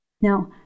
Now